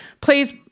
please